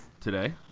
today